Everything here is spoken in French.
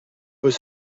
peut